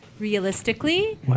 Realistically